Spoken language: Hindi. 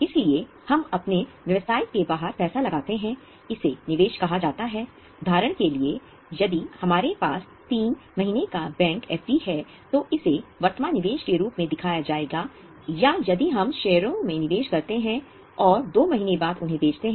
अब आप सूची द्वारा क्या समझते हैं